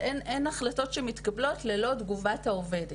אין החלטות שמתקבלות ללא תגובה של העובדת,